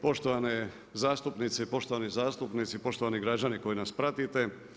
Poštovane zastupnice, poštovani zastupnici, poštovani građani koji nas pratite.